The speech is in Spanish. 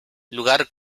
lugar